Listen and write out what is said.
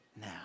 now